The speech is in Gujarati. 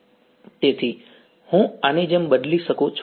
તેથી આ હું આની જેમ બદલી શકું છું